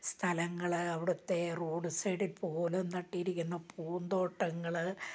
സ്ഥലങ്ങൾ അവിടുത്തെ റോഡു സൈഡിൽ പോലും നട്ടിരിക്കുന്ന പൂന്തോട്ടങ്ങൾ